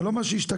זה לא מה שהשתקף